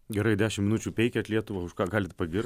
gerai dešimt minučių peikiat lietuvą už ką galit pagir